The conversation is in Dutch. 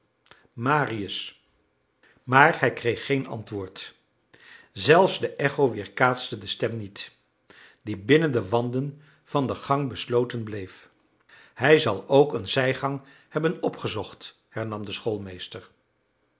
marius maar hij kreeg geen antwoord zelfs de echo weerkaatste de stem niet die binnen de wanden van de gang besloten bleef hij zal ook een zijgang hebben opgezocht hernam de